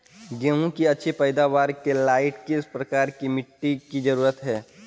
गेंहू की अच्छी पैदाबार के लाइट किस प्रकार की मिटटी की जरुरत है?